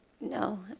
no.